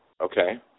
Okay